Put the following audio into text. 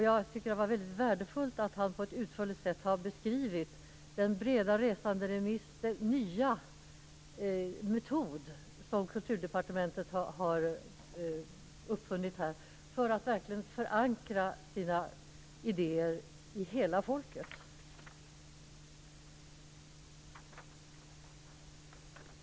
Jag tycker att det är värdefullt att han på ett utförligt sätt har beskrivit den nya metod som Kulturdepartementet har uppfunnit för att verkligen förankra sina idéer hos hela folket.